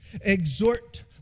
exhort